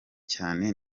cyane